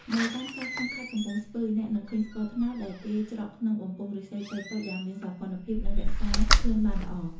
នៅតាមផ្សារក្នុងខេត្តកំពង់ស្ពឺ អ្នកនឹងឃើញស្ករត្នោតដែលគេច្រកក្នុងបំពង់ឫស្សីតូចៗយ៉ាងមានសោភ័ណភាព និងរក្សាក្លិនបានល្អ។